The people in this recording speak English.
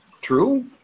True